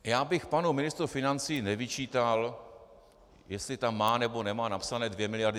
Já bych panu ministru financí nevyčítal, jestli tam má nebo nemá napsané 2 miliardy z EET.